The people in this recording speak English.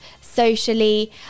socially